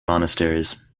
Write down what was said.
monasteries